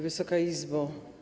Wysoka Izbo!